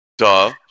Duh